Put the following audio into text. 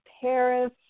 Paris